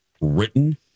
written